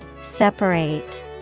Separate